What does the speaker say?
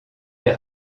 des